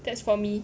that's for me